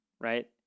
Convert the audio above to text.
right